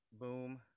Boom